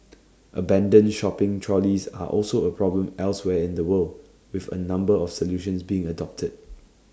abandoned shopping trolleys are also A problem elsewhere in the world with A number of solutions being adopted